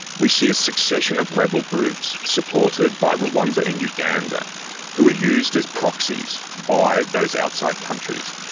we see a succession of rebel groups supported by rwanda and uganda who are used as proxies by those outside countries.